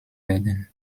werden